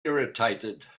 irritated